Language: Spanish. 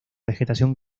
vegetación